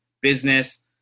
business